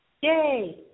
Yay